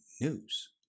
News